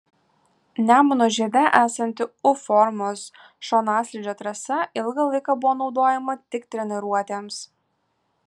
nemuno žiede esanti u formos šonaslydžio trasa ilgą laiką buvo naudojama tik treniruotėms